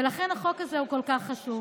ולכן החוק הזה הוא כל כך חשוב.